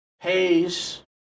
pays